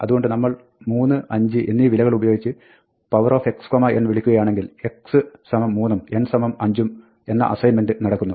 അതുകൊണ്ട് നമ്മൾ 3 5 എന്നീ വിലകളുപയോഗിച്ച് powerxn വിളിക്കുകയാണെങ്കിൽ x 3 ഉം n 5 ഉം എന്ന അസൈൻമെൻറ് നടക്കുന്നു